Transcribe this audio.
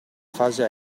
fase